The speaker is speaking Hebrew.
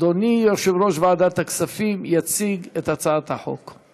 אדוני יושב-ראש ועדת הכספים יציג את הצעת החוק.